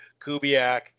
Kubiak